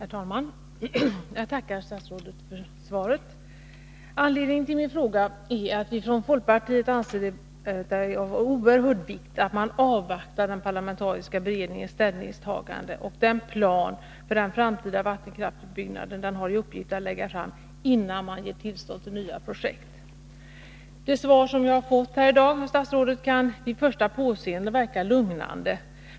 Herr talman! Jag tackar statsrådet för svaret. Anledningen till min fråga är att vi från folkpartiet anser att det är av oerhört stor vikt att man avvaktar den parlamentariska beredningens ställningstagande och den plan för den framtida vattekraftsutbyggnaden som den har i uppgift att lägga fram, innan man ger tillstånd för nya projekt. Det svar jag har fått av statsrådet kan vid första påseendet verka lugnande.